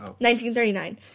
1939